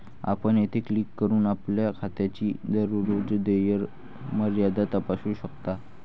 आपण येथे क्लिक करून आपल्या खात्याची दररोज देय मर्यादा तपासू शकता